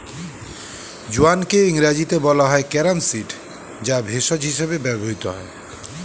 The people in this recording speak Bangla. জোয়ানকে ইংরেজিতে বলা হয় ক্যারাম সিড যা ভেষজ হিসেবে ব্যবহৃত হয়